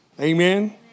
Amen